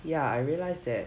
ya I realise that